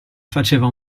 faceva